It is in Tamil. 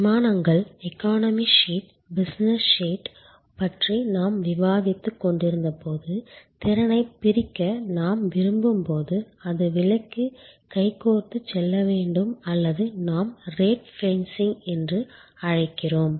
விமானங்கள் எகனாமி ஷீட் பிசினஸ் ஷீட் பற்றி நான் விவாதித்துக் கொண்டிருந்தபோது திறனைப் பிரிக்க நாம் விரும்பும்போது அது விலைக்கு கைகோர்த்துச் செல்ல வேண்டும் அல்லது நாம் ரேட் ஃபென்சிங் என்று அழைக்கிறோம்